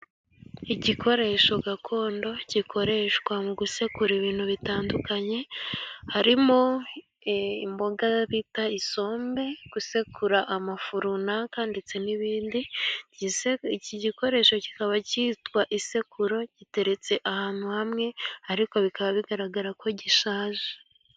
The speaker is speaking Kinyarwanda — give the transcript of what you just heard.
Igikoresho gakondo gikoreshwa mu gusekura ibintu bitandukanye, harimo imboga bita isombe, gusekura amafu runaka ndetse n'ibindi, iki gikoresho kikaba cyitwa isekuro giteretse ahantu hamwe ariko bikaba bigaragara ko gishaje.